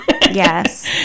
Yes